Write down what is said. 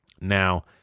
now